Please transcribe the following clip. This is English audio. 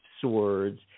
Swords